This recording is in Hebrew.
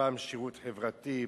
פעם שירות חברתי,